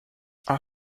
are